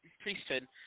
priesthood